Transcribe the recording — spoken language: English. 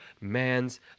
man's